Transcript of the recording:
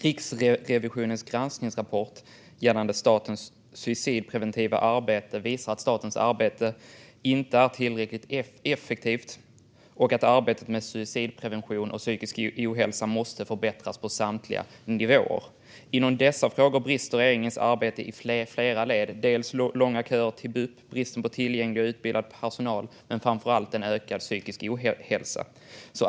Riksrevisionens granskningsrapport gällande statens suicidpreventiva arbete visar att statens arbete inte är tillräckligt effektivt och att arbetet med suicidprevention och psykisk ohälsa måste förbättras på samtliga nivåer. Inom dessa frågor brister regeringens arbete i flera led. Det handlar om långa köer till bup, brist på tillgänglig och utbildad personal och framför allt en ökad psykisk ohälsa.